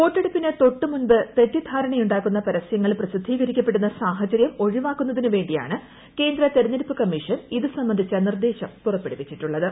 വോട്ടെടുപ്പിന് തൊട്ടുമുൻപ് തെറ്റിധാരണയുണ്ടാക്കുന്ന പരസ്യങ്ങൾ പ്രസിദ്ധീകരിക്കപ്പെടുന്ന സാഹചര്യം ഒഴിവാക്കുന്നതിന് വേണ്ടിയാണ് കേന്ദ്ര തിരഞ്ഞെടുപ്പ് കമ്മീഷൻ ഇതു സംബന്ധിച്ച നിർദേശം പുറപ്പെടുവിച്ചിട്ടുള്ളത്